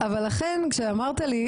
לכן כשאמרת לי,